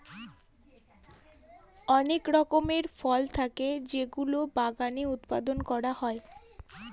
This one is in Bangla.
অনেক রকমের ফল থাকে যেগুলো বাগানে উৎপাদন করা হয়